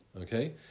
Okay